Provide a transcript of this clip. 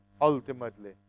ultimately